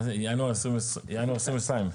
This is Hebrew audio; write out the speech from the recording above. ינואר 2022?